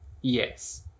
yes